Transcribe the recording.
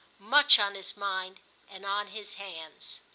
much on his mind and on his hands.